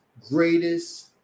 greatest